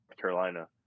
Carolina